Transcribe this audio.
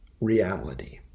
reality